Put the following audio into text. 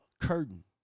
curtain